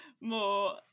more